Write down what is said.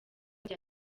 bya